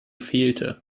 fehlte